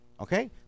okay